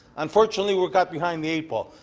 unfortunately we got behind the eight ball.